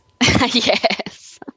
yes